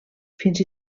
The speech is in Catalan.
fins